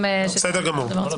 בסדר גמור.